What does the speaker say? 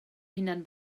hunan